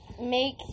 make